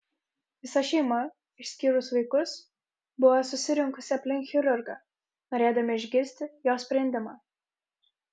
visa šeima išskyrus vaikus buvo susirinkusi aplink chirurgą norėdama išgirsti jo sprendimą